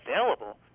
available